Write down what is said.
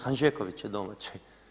Handžeković je domaći.